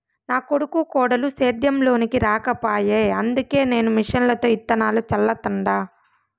నా కొడుకు కోడలు సేద్యం లోనికి రాకపాయె అందుకే నేను మిషన్లతో ఇత్తనాలు చల్లతండ